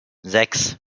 sechs